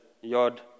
yod